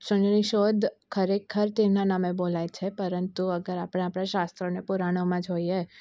શૂન્યની શોધ ખરેખર તેના નામે બોલાય છે પરંતુ અગર આપણે આપણા શાસ્ત્રોને પુરાણોમાં જોઈએ